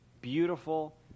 beautiful